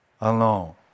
alone